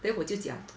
then 我就讲